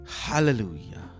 Hallelujah